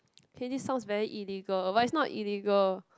okay this sounds very illegal but it's not illegal